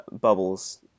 bubbles